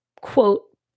quote